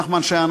נחמן שי,